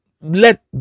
let